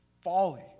folly